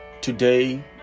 Today